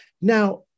Now